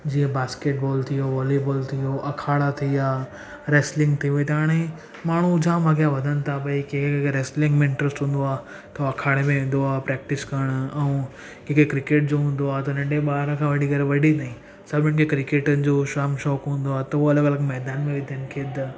जीअं basketball थी वियो वॉलीबॉल थी वियो अखाड़ा थी विया रेसलिंग थी वई त हाणे माण्हू जाम अॻियां वधनि था त भाई केर अगरि रेसलिंग में इंटरेस्स्ट हूंदो आहे त अखाड़े में ईंदो आहे प्रैक्टिस करण कंहिंखे क्रिकेट जो हूंदो आहे त नंढे ॿार खां वठी करे वॾे ताईं सभिनि खे क्रिकेटनि जो जाम शौंक़ु हूंदो आहे त उहो अलॻि अलॻि मैदान में वेंदा आहिनि खेॾन